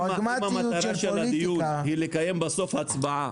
אם המטרה של הדיון היא לקיים בסוף הצבעה,